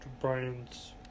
Brian's